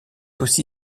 aussi